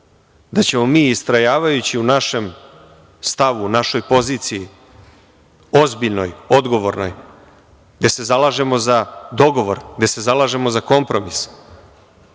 da ćemo mi istrajavajući u našem stavu, u našoj poziciji, ozbiljnoj, odgovornoj, gde se zalažemo za dogovor, gde se zalažemo za kompromis,